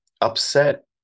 Upset